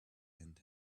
and